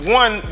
one